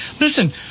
Listen